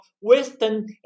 Western